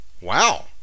Wow